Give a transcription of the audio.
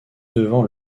devant